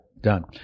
done